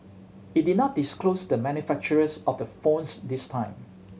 it did not disclose the manufacturers of the phones this time